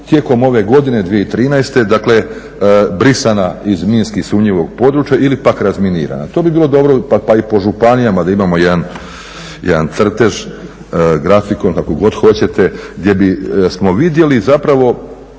tijekom ove godine 2013. dakle brisana iz minski sumnjivih područja ili pak razminirana. To bi bilo dobro pa i po županijama da imamo jedan crtež, grafikon, kako god hoćete, gdje bismo vidjeli zapravo